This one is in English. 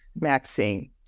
Maxine